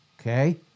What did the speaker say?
okay